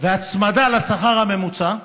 והצמדה לשכר הממוצע,